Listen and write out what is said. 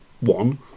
one